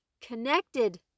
connected